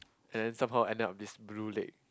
and then somehow end up this blue leg